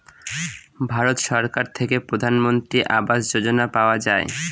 ভারত সরকার থেকে প্রধানমন্ত্রী আবাস যোজনা পাওয়া যায়